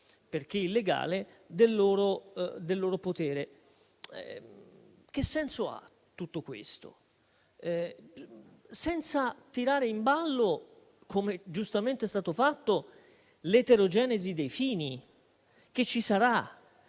perché illegale, del loro potere. Che senso ha tutto questo? Senza tirare in ballo - come giustamente è stato fatto - l'eterogenesi dei fini, che ci sarà.